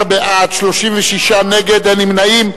16 בעד, 36 נגד, אין נמנעים.